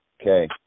Okay